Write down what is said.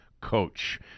coach